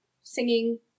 singing